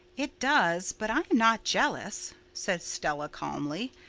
it does but i am not jealous, said stella calmly.